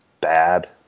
bad